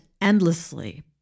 endlessly